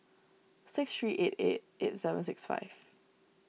six three eight eight eight seven six five